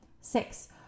Six